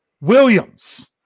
Williams